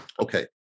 Okay